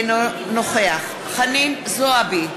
אינו נוכח חנין זועבי,